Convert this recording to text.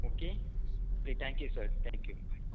okay thank you sir thank you